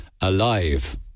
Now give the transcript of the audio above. Alive